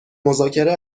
مذاکره